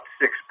six